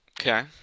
Okay